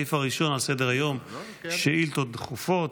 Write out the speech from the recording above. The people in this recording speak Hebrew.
שעה 11:00 תוכן העניינים שאילתות דחופות